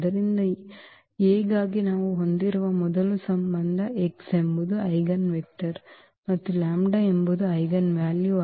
ಆದ್ದರಿಂದ ಈ A ಗಾಗಿ ನಾವು ಹೊಂದಿರುವ ಮೊದಲ ಸಂಬಂಧ x ಎಂಬುದು ಐಜೆನ್ವೆಕ್ಟರ್ ಮತ್ತು λ ಐಜೆನ್ವೆಲ್ಯು